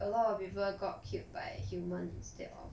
a lot of people got killed by human instead of